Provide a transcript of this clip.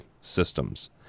systems